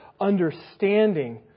understanding